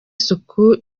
isuku